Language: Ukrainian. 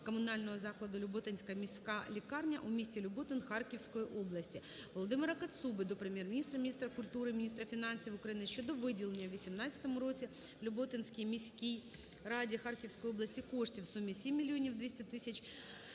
комунального закладу "Люботинська міська лікарня" у місті Люботин Харківської області. Володимира Кацуби до Прем'єр-міністра, міністра культури, міністра фінансів України щодо виділення у 2018 році Люботинській міській раді Харківської області коштів в сумі 7 мільйонів 200 тисяч гривень